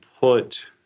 put